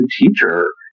teacher